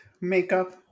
makeup